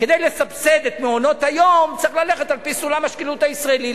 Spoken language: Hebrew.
כדי לסבסד את מעונות-היום צריך ללכת על-פי סולם השקילות הישראלי.